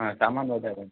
હા સામાન વધારે